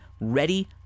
ready